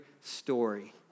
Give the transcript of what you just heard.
story